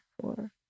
four